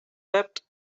wept